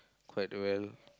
quite well